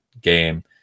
game